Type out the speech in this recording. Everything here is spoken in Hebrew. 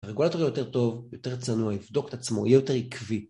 הרגולטור יהיה יותר טוב, יותר צנוע, יבדוק את עצמו, יהיה יותר עקבי